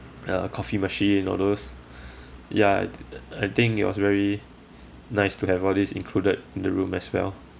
uh coffee machine all those ya uh I think it was very nice to have all these included in the room as well